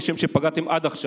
כשם שפגעתם עד עכשיו,